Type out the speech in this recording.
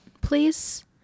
please